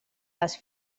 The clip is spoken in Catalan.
les